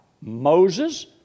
Moses